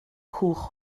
cwch